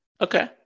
Okay